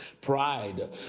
Pride